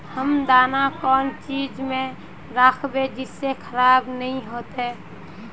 हम दाना कौन चीज में राखबे जिससे खराब नय होते?